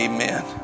Amen